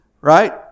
Right